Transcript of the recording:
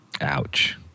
Ouch